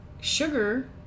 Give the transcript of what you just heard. sugar